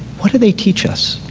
what did they teach us?